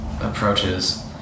approaches